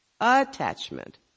attachment